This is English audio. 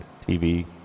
TV